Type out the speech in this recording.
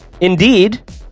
Indeed